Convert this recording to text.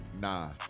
Nah